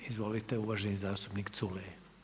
Izvolite uvaženi zastupnik Culej.